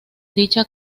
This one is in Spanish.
dicha